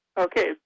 Okay